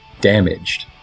damaged